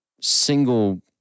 single